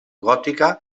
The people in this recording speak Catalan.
gòtica